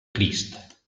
crist